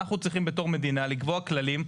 אנחנו צריכים בתור מדינה לקבוע כללים,